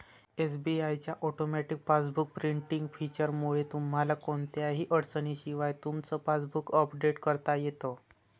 SBI च्या automatic passbook printing फीचरमुळे तुम्हाला कोणत्याही अडचणीशिवाय तुमचं पासबुक अपडेट करता येतं